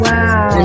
Wow